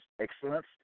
excellence